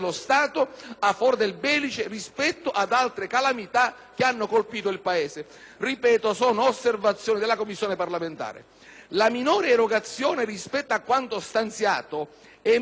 che hanno colpito il Paese...». Ripeto, sono osservazioni di una Commissione parlamentare. La minore erogazione rispetto a quanto stanziato emerge chiaramente dalla relazione della Ragioneria generale dello Stato